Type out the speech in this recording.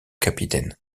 capitaine